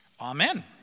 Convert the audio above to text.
Amen